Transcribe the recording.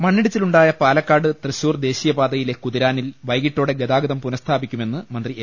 മണ്ണിടിച്ചിലുണ്ടായ പാലക്കാട് തൃശൂർ ദേശീയപാത യിലെ കുതിരാനിൽ വൈകിട്ടോടെ ഗതാഗതം പുനഃസ്ഥാ പിക്കുമെന്ന് മന്ത്രി എ